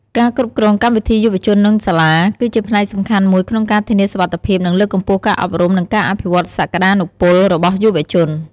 ការគ្រប់គ្រងកម្មវិធីយុវជន និងសាលា គឺជាផ្នែកសំខាន់មួយក្នុងការធានាសុវត្ថិភាព លើកកម្ពស់ការអប់រំ និងការអភិវឌ្ឍសក្តានុពលរបស់យុវជន។